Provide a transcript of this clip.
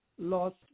lost